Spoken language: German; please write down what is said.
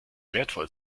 wertvoll